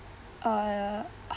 uh